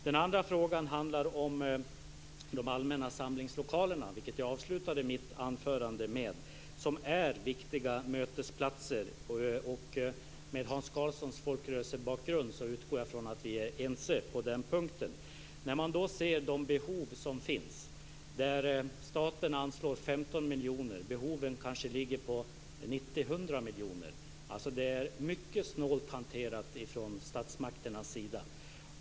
Den andra frågan handlar om de allmänna samlingslokalerna, vilket jag avslutade mitt anförande med. De är viktiga mötesplatser. Med Hans Karlssons folkrörelsebakgrund utgår jag från att vi är ense på den punkten. När man ser de behov som finns, som kanske ligger på 90-100 miljoner, och staten anslår 15 miljoner inser man att det är mycket snålt hanterat från statsmakternas sida.